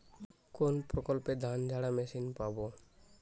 কোনপ্রকল্পে ধানঝাড়া মেশিন পাব?